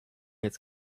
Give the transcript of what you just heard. jetzt